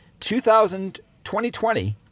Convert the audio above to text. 2020